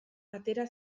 atera